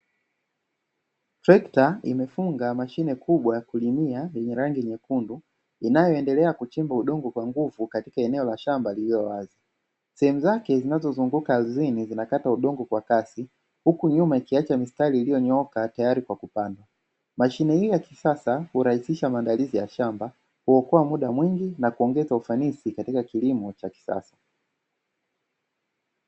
Trekta imefunga mashine kubwa ya kulimia yenye rangi nyekundu inayoendelea kuchimba udongo kwa nguvu katika eneo la shamba lililo wazi, sehemu zake zinazozunguka ardhini zinakata udongo kwa kasi huku nyuma ikiacha mistari iliyonyooka tayari kwa kupandwa; Mashine hii ya kisasa hurahisisha maandalizi ya shamba, huokoa muda mwingi na kuongeza ufanisi katika kilimo cha kisasa.